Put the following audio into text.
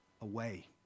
away